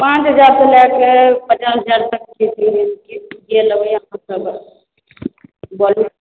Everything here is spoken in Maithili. पाँच हजार से लए कऽ पचास हजार तक खेती गेलै अहाँ सबलए बोलू